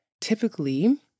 typically